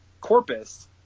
corpus